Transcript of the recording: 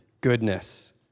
goodness